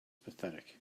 pathetic